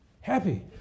happy